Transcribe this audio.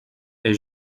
est